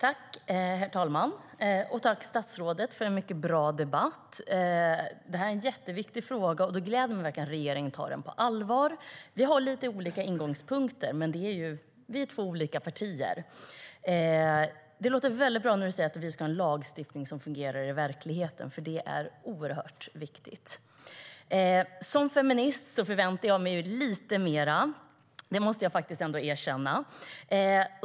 Herr talman! Jag tackar statsrådet för en mycket bra debatt. Detta är en jätteviktig fråga, och det gläder mig verkligen att regeringen tar den på allvar. Vi har lite olika ingångspunkter, men vi är ju två olika partier. Det låter bra när statsrådet säger att vi ska ha en lagstiftning som fungerar i verkligheten, för det är oerhört viktigt. Som feminist förväntar jag mig dock lite mer; det måste jag ändå erkänna.